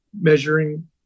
measuring